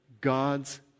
God's